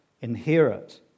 inherit